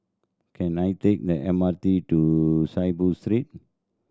can I take the M R T to Saiboo Street